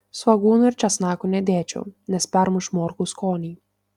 svogūnų ir česnakų nedėčiau nes permuš morkų skonį